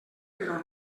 però